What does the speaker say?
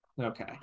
Okay